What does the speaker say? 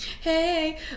hey